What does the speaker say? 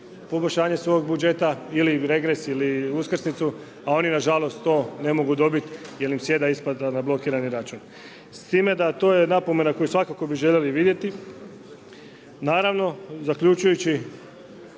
poboljšanje svog budžeta ili regres ili uskrsnicu a oni nažalost to ne mogu dobiti jer im sjeda isplata na blokirani račun. S time da to je napomena koju svakako bi željeli vidjeti, naravno zaključujući